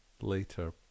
later